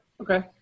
Okay